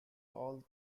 all